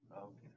Okay